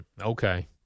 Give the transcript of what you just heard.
Okay